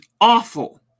awful